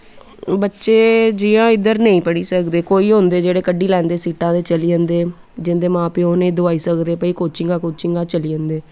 बच्चे जियां इध्दर नेंईं पढ़ी सकदे कोई होंदे जेह्ड़े क'ड्डी लैंदे सीह्टां ते चली जंदे जिं'दे मां प्यो उनेंई दोआई सकदे भाई कोचिगां कुचिगां चली जंदे